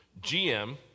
GM